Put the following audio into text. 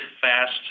fast